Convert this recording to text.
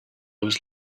was